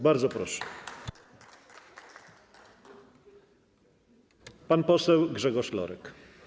Bardzo proszę, pan poseł Grzegorz Lorek.